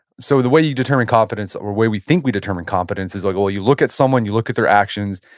so the way you determine competence or the way we think we determine competence is like, well, you look at someone, you look at their actions,